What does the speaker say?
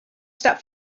stop